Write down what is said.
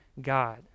God